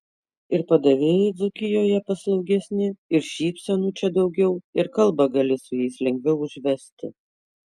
ir padavėjai dzūkijoje paslaugesni ir šypsenų čia daugiau ir kalbą gali su jais lengviau užvesti